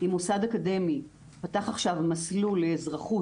אם מוסד אקדמי פתח עכשיו מסלול לאזרחות,